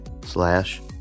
slash